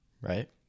right